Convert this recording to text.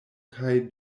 kaj